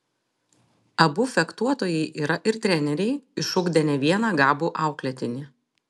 abu fechtuotojai yra ir treneriai išugdę ne vieną gabų auklėtinį